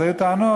והיו טענות,